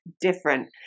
different